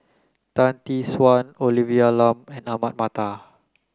Tan Tee Suan Olivia Lum Ahmad Mattar